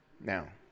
Now